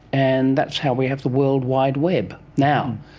and that's how we have the world wide web. now,